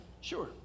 sure